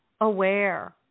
aware